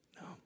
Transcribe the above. No